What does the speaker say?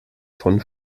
von